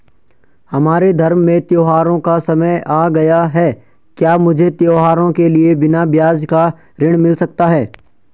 हमारे धर्म में त्योंहारो का समय आ गया है क्या मुझे त्योहारों के लिए बिना ब्याज का ऋण मिल सकता है?